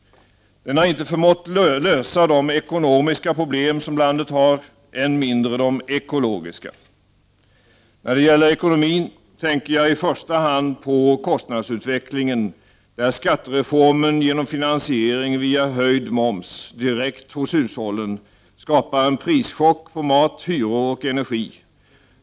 Den har inte förmått lösa de ekonomiska problem som landet har — än mindre de ekologiska. När det gäller ekonomin tänker jag i första hand på kostnadsutvecklingen, där skattereformen genom finansiering via höjd moms direkt hos hushållen skapar en prischock på mat, hyror och energi.